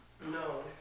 No